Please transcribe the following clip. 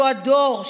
אותו הדור,